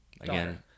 Again